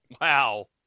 Wow